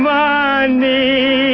money